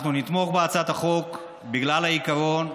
אנחנו נתמוך בהצעת החוק בגלל העיקרון,